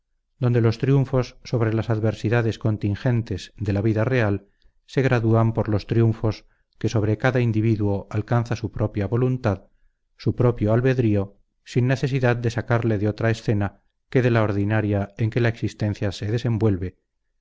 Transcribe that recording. donde los triunfos sobre las adversidades contingentes de la vida real se gradúan por los triunfos que sobre cada individuo alcanza su propia voluntad su propio albedrío sin necesidad de sacarle de otra escena que de la ordinaria en que la existencia se desenvuelve